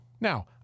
Now